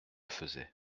faisais